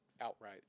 outright